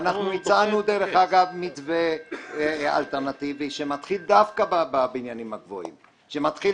ואנחנו הצענו מתווה אלטרנטיבי שמתחיל דווקא בבניינים הגבוהים שמתחיל